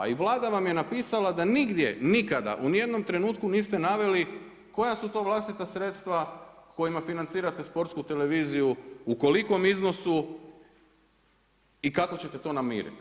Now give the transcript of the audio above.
A i Vlada vam je napisala da nigdje nikada u ni jednom trenutku niste naveli koja su to vlastita sredstva kojima financirate Sportsku televiziju, u kolikom iznosu i kako ćete to namiriti.